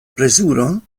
plezuron